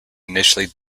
initially